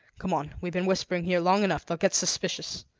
come on we've been whispering here long enough they'll get suspicious.